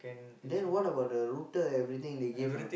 then what about the router everything they give or not